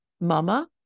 mama